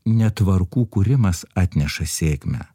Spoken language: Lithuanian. ne tvarkų kūrimas atneša sėkmę